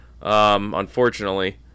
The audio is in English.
unfortunately